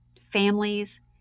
families